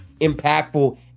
impactful